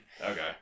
Okay